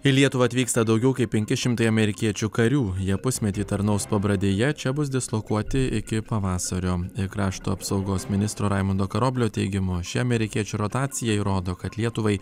į lietuvą atvyksta daugiau kaip penki šimtai amerikiečių karių jie pusmetį tarnaus pabradėje čia bus dislokuoti iki pavasario krašto apsaugos ministro raimundo karoblio teigimu ši amerikiečių rotacija įrodo kad lietuvai